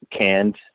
canned